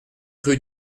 rue